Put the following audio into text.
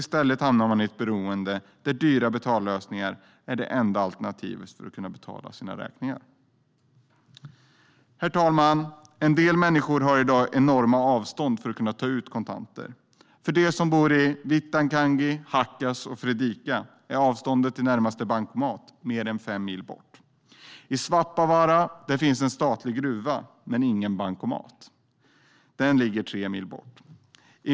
I stället hamnar de i ett beroende med dyra betallösningar som enda alternativ för att kunna betala sina räkningar. Herr talman! En del människor har i dag långa avstånd till att kunna ta ut kontanter. För dem som bor i Vittangi, Hakkas och Fredrika är avståndet till närmaste bankomat mer än fem mil. I Svappavaara finns en statlig gruva men ingen bankomat; den ligger tre mil bort.